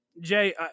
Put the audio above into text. Jay